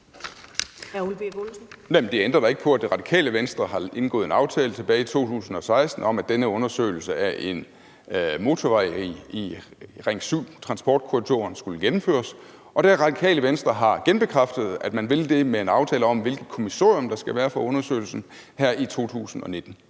det ændrer da ikke på, at Det Radikale Venstre har indgået en aftale tilbage i 2016 om, at denne undersøgelse af en motorvej i Ring 7-transportkorridoren skulle gennemføres, og at Det Radikale Venstre har genbekræftet, at man vil det med en aftale om, hvilket kommissorium der skal være for undersøgelsen her i 2019.